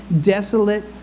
desolate